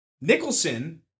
Nicholson